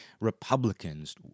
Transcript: Republicans